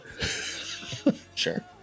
Sure